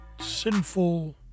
sinful